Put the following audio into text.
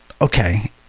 okay